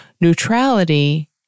Neutrality